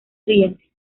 siguiente